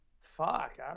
Fuck